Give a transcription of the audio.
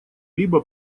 либо